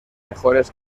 mejores